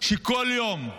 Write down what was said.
שכל יום,